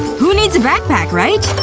who needs a backpack, right?